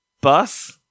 bus